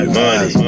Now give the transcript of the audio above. money